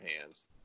hands